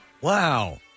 Wow